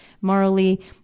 morally